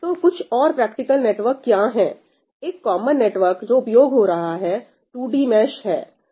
तो कुछ और प्रैक्टिकल नेटवर्क क्या है एक कॉमन नेटवर्क जो उपयोग हो रहा है 2D मैश है